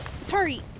Sorry